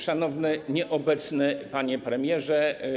Szanowny Nieobecny Panie Premierze!